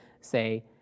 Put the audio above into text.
say